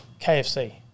KFC